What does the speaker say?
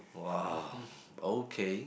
!wow! okay